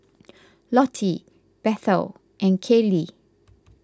Lottie Bethel and Kallie